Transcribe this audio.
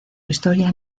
historia